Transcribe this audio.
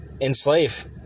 enslave